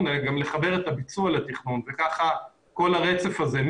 אלא גם לחבר את הביצוע לתכנון וכך כל הרצף הזה,